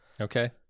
Okay